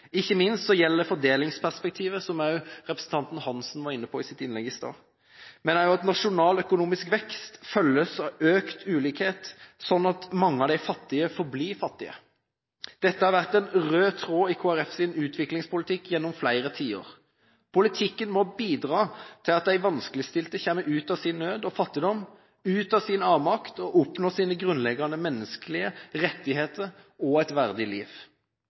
ikke minst gjelder det fordelingsperspektivet, som også representanten Hansen var inne på i sitt innlegg i stad, men også at nasjonal økonomisk vekst følges av økt ulikhet, slik at mange av de fattige forblir fattige. Dette har vært en rød tråd i Kristelig Folkepartis utviklingspolitikk gjennom flere tiår. Politikken må bidra til at de vanskeligstilte kommer ut av sin nød, ut av fattigdom og ut av sin avmakt, og oppnår sine grunnleggende menneskelige rettigheter og et verdig liv.